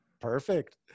Perfect